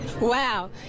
Wow